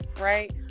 right